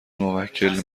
موکل